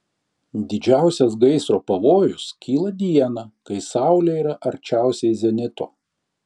didžiausias gaisro pavojus kyla dieną kai saulė yra arčiausiai zenito